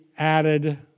added